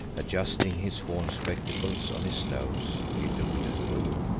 adjusting his horn spectacles on his nose he looked at me.